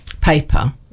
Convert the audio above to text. paper